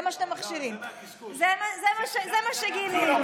זה מה שאתם מכשירים.